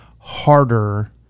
harder